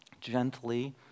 Gently